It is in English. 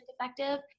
effective